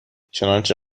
چنانچه